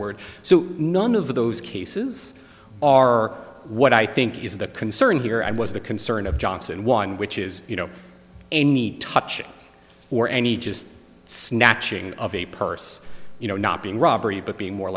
word so none of those cases are what i think is the concern here i was the concern of johnson one which is you know any touching or any just snatching of a purse you know not being robbery but being more